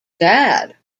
dad